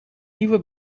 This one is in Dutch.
nieuwe